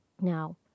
Now